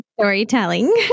storytelling